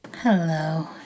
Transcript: Hello